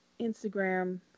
Instagram